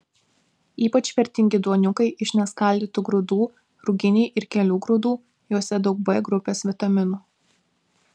ypač vertingi duoniukai iš neskaldytų grūdų ruginiai ir kelių grūdų juose daug b grupės vitaminų